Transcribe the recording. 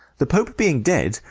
the pope being dead,